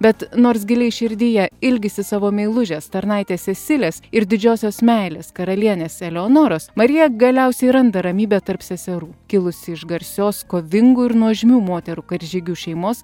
bet nors giliai širdyje ilgisi savo meilužės tarnaitės esilės ir didžiosios meilės karalienės eleonoros marija galiausiai randa ramybę tarp seserų kilusi iš garsios kovingų ir nuožmių moterų karžygių šeimos